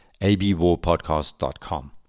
abwarpodcast.com